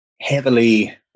heavily